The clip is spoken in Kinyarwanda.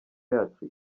yacu